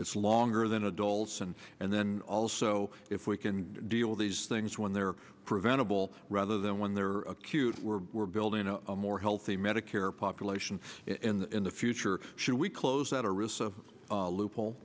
it's longer than adults and and then also if we can deal with these things when they're preventable rather than when they are acute we're we're building a more healthy medicare population in the future should we close that a risk of a loophole